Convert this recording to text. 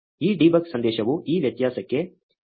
ಈ ಡೀಬಗ್ ಸಂದೇಶವು ಈ ವ್ಯತ್ಯಾಸಕ್ಕೆ ವಿವರಣೆಯನ್ನು ನೀಡುತ್ತದೆ